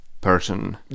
person